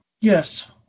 Yes